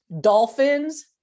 dolphins